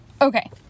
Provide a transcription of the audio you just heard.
Okay